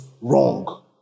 Wrong